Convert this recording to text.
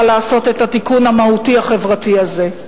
לעשות את התיקון המהותי החברתי הזה.